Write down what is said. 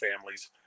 families